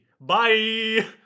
Bye